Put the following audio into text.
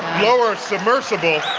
lower a submersible.